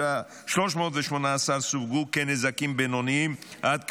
318 סווגו כנזקים בינוניים עד כבדים.